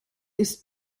ist